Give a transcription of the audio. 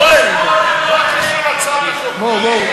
ולכן במקרים מסוימים אפשר היה להוציא גם תעודות חיסיון ולמנוע את העברת